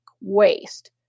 waste